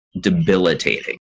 debilitating